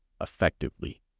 effectively